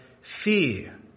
fear